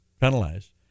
penalized